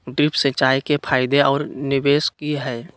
Drip सिंचाई के फायदे और निवेस कि हैय?